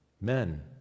men